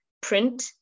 print